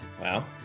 Wow